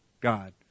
God